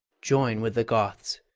join with the goths,